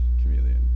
chameleon